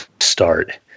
start